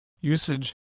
usage